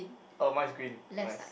oh mine is green nice